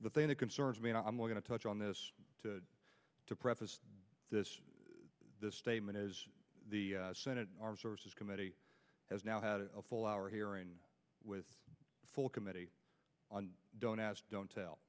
the thing that concerns me and i'm going to touch on this to preface this statement is the senate armed services committee has now had a full hour hearing with full committee on don't ask don't t